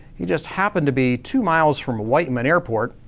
he just happened to be two miles from a whiteman airport.